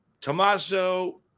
Tommaso